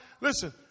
Listen